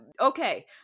okay